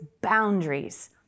boundaries